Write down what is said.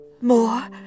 More